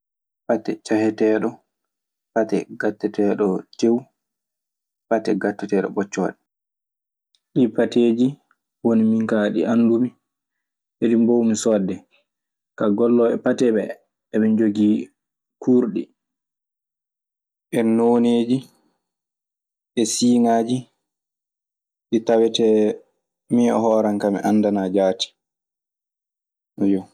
Pate ciaeteɗo, pate gateteɗo tewu, pate gateteɗo ɓotiode. Ɗii pateeji woni min kaa ɗi anndumi e ɗi mboowmi soodde. Kaa, gollooɓe pate ɓe eɓe njogii kuurɗe. E noneeji, e siŋaaji, ɗi tawatee, min hoore am kay mi anndaa jaati, eyyo.